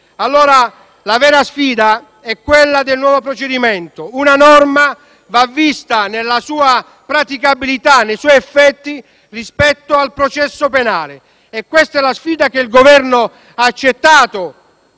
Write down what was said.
La vera sfida è allora quella del nuovo procedimento penale. Una norma va vista nella sua praticabilità e nei suoi effetti rispetto al processo penale. Questa è la sfida che il Governo ha accettato